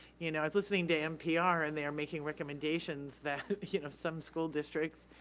you know i was listening to npr, and they are making recommendations that you know some school district